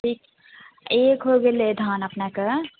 ठीक एक होइ गेलै धान अपनाके